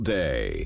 day